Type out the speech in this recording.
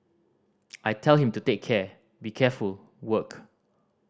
I tell him to take care be careful work